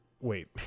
wait